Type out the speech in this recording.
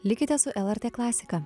likite su lrt klasika